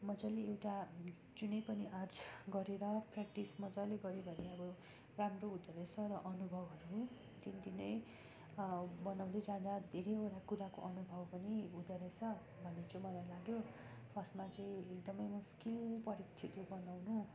मजाले एउटा जुनै पनि आर्ट्स गरेर प्र्याक्टिस मजाले गरे भने अब राम्रो हुँदो रहेछ र अनुभवहरू दिन दिनै बनाउँदै जाँदा धेरैवटा कुराको अनुभव पनि हुँदो रहेछ भन्ने चाहिँ मलाई लाग्यो फर्स्टमा चाहिँ एकदम मुस्किल परेको थियो त्यो बनाउनु